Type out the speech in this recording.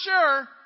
sure